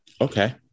Okay